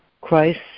Christ